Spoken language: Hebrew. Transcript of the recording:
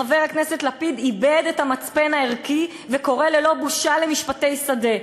חבר הכנסת לפיד איבד את המצפן הערכי וקורא ללא בושה למשפטי שדה.